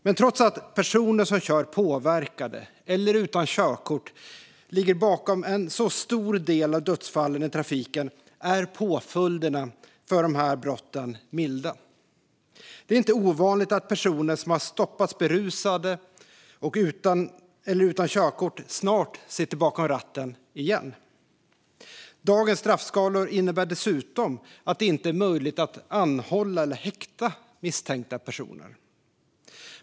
Men trots att personer som kör påverkade eller utan körkort ligger bakom en så stor del av dödsfallen i trafiken är påföljderna för dessa brott milda. Det är inte ovanligt att personer som har stoppats berusade eller utan körkort snart sitter bakom ratten igen. Dagens straffskalor innebär dessutom att det inte är möjligt att anhålla eller häkta misstänkta personer.